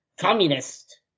communist